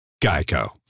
GEICO